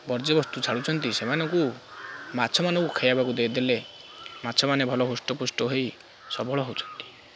ବର୍ଯ୍ୟ ବସ୍ତୁ ଛାଡ଼ୁଛନ୍ତି ସେମାନଙ୍କୁ ମାଛମାନଙ୍କୁ ଖାଇବାକୁ ଦେଇଦେଲେ ମାଛମାନେ ଭଲ ହୃଷ୍ଟପୃଷ୍ଟ ହୋଇ ସବଳ ହେଉଛନ୍ତି